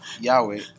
Yahweh